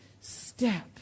step